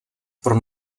pro